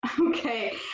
Okay